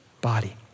body